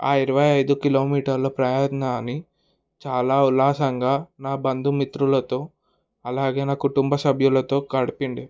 ఆ ఇరవై ఐదు కిలోమీటర్ల ప్రయాణాన్ని చాలా ఉల్లాసంగా నా బంధుమిత్రులతో అలాగే నా కుటుంబ సభ్యులతో గడిపిండే